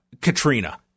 Katrina